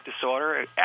disorder